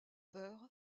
peur